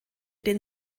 den